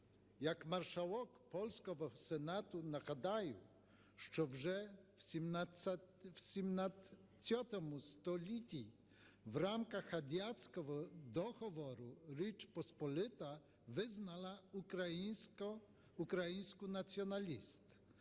Як Маршалок польського Сенату нагадаю, що вже в ХVII столітті в рамках Гадяцького договору Річ Посполита визнала українську національність.